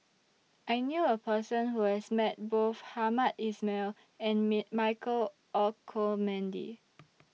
I knew A Person Who has Met Both Hamed Ismail and Michael Olcomendy